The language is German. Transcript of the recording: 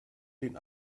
den